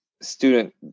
student